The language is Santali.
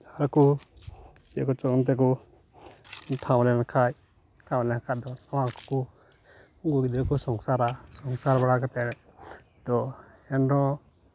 ᱟᱨᱠᱚ ᱪᱮᱫ ᱠᱚᱪᱚ ᱚᱱᱛᱮ ᱠᱚ ᱢᱮᱛᱷᱟᱣ ᱞᱮᱱᱠᱷᱟᱡ ᱛᱟᱦᱚᱞᱮ ᱠᱷᱟᱡ ᱛᱟᱦᱚᱞᱮ ᱠᱚᱫᱚ ᱱᱚᱣᱟ ᱠᱚᱠᱚ ᱥᱚᱝᱥᱟᱨᱟ ᱥᱚᱝᱥᱟᱨ ᱵᱟᱰᱟ ᱠᱟᱛᱮ ᱟᱫᱚ ᱮᱱᱨᱮᱦᱚᱸ